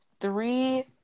three